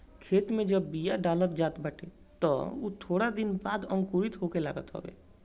खेते में जब बिया डालल जात बाटे तअ उ थोड़ दिन बाद अंकुरित होखे लागत हवे